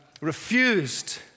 refused